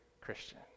Christian